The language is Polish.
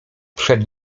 przed